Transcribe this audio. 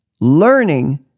learning